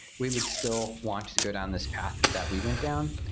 we would still want to go down this path that we went down.